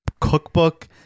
cookbook